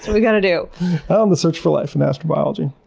we gotta do. and the search for life and astrobiology.